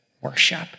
Worship